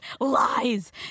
lies